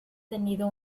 tenido